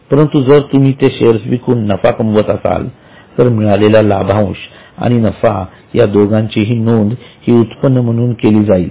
परंतु जर तुम्ही ते शेअर्स विकून नफा कमवत असाल तर मिळालेला लाभांश आणि नफा या दोघांचीही नोंद ही उत्पन्न म्हणून केली जाईल